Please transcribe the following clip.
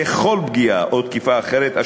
ככל תקיפה או אחרת,